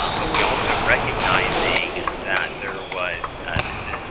um but we also, recognizing that there was this